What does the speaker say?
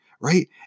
right